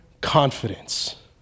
confidence